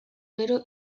gero